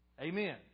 Amen